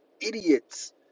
idiots